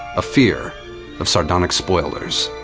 a fear of sardonic spoilers.